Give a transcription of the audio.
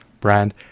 brand